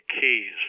keys